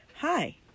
Hi